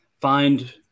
find